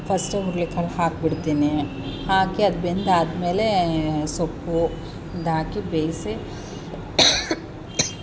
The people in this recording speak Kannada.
ಫಸ್ಟು ಹುರುಳಿಕಾಳು ಹಾಕಿಬಿಡ್ತೀನಿ ಹಾಕಿ ಅದು ಬೆಂದಾದ್ಮೇಲೇ ಸೊಪ್ಪು ಇದಾಕಿ ಬೇಯಿಸಿ